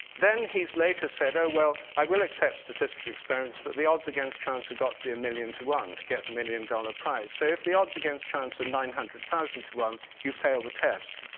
then he's later said, oh, well, i will accept statistics experiments but the odds against chance have got to be a million to one to get the million dollar price. so if the odds against chance are and nine hundred thousand to one, you fail the test.